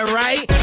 right